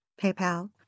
PayPal